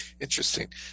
Interesting